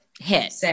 Hit